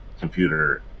Computer